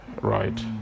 Right